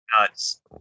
nuts